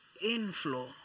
inflow